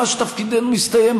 שממש תפקידנו מסתיים,